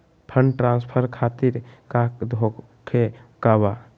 Fund transfer खातिर काका होखे का बा?